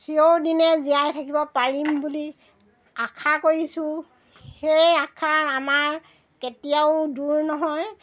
চিৰদিনে জীয়াই থাকিব পাৰিম বুলি আশা কৰিছোঁ সেই আশা আমাৰ কেতিয়াও দূৰ নহয়